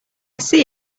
see